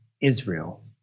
Israel